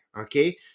okay